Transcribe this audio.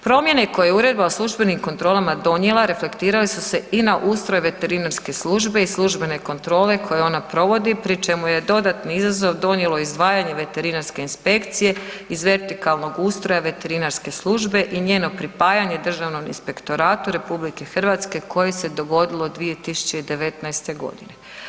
Promjene koje je Uredba o službenim kontrolama donijela reflektirale su se i na ustroj veterinarske službe i službene kontrole koje ona provodi pri čemu je dodatni izazov donijelo izdvajanje veterinarske inspekcije iz vertikalnog ustroja veterinarske službe i njenog pripajanja Državnom inspektoratu RH koji se dogodilo 2019. godine.